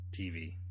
TV